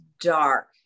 dark